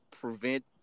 prevent